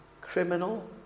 criminal